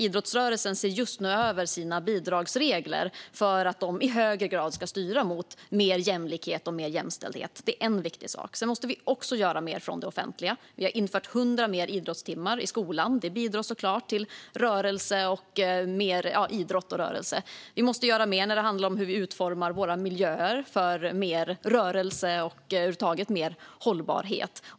Idrottsrörelsen ser just nu över sina bidragsregler för att de i högre grad ska styra mot mer jämlikhet och mer jämställdhet. Det är en viktig sak. Sedan måste vi också göra mer från det offentliga. Vi har infört 100 fler idrottstimmar i skolan. Det bidrar såklart till mer idrott och rörelse. Vi måste göra mer när det gäller hur vi utformar våra miljöer för mer rörelse och mer hållbarhet över huvud taget.